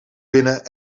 binnen